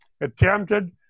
attempted